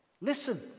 Listen